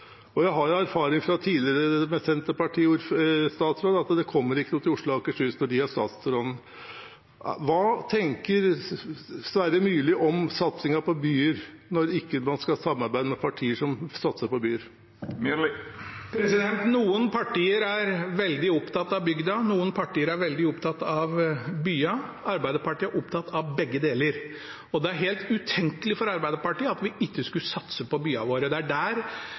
Jeg har erfaringer fra tidligere Senterparti-statsråder med at det ikke kommer noe til Oslo og Akershus når de er statsråder. Hva tenker Sverre Myrli om satsingen på byer, når man skal samarbeide med partier som ikke satser på byer? Noen partier er veldig opptatt av bygda, noen partier er veldig opptatt av byene. Arbeiderpartiet er opptatt av begge deler. Det er helt utenkelig for Arbeiderpartiet at vi ikke skulle satse på byene våre. Det er der vi har mange av de store trafikale utfordringene våre, og det er der